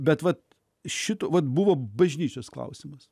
bet vat šito vat buvo bažnyčios klausimas